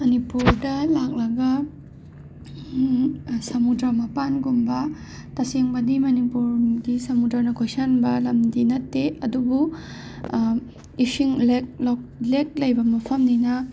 ꯃꯅꯤꯄꯨꯔꯗ ꯂꯥꯛꯂꯒ ꯁꯃꯨꯗ꯭ꯔ ꯃꯄꯥꯟꯒꯨꯝꯕ ꯇꯁꯦꯡꯕꯗꯤ ꯃꯅꯤꯄꯨꯔꯒꯤ ꯁꯃꯨꯗ꯭ꯔꯅ ꯀꯣꯏꯁꯤꯟꯕ ꯂꯝꯗꯤ ꯅꯠꯇꯦ ꯑꯗꯨꯕꯨ ꯏꯁꯤꯡ ꯂꯦꯛ ꯂꯦꯛ ꯂꯩꯕ ꯃꯐꯝꯅꯤꯅ